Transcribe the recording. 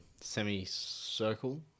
semi-circle